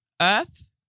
earth